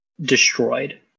destroyed